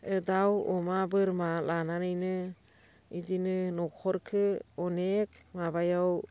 दाउ अमा बोरमा लानानैनो बिदिनो न'खरखौ अनेक माबायाव